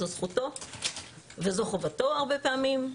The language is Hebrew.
זו זכותו וזו חובתו הרבה פעמים,